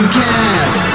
cast